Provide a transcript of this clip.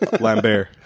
lambert